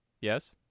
Yes